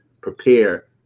prepare